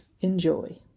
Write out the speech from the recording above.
Enjoy